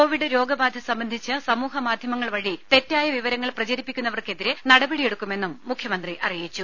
Covid രോഗബാധ സംബന്ധിച്ച് സമൂഹ മാധ്യമങ്ങൾ വഴി തെറ്റായ വിവരങ്ങൾ പ്രചരിപ്പിക്കുന്നവർക്കെതിരെ നടപടിയെടുക്കുമെന്നും മുഖ്യമന്ത്രി അറിയിച്ചു